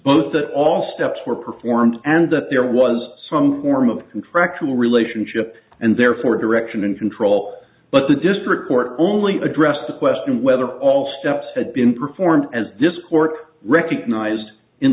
both that all steps were performed and that there was some form of contractual relationship and therefore direction and control but the district court only addressed the question whether all steps had been performed as this court recognized in